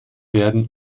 werden